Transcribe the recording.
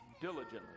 diligently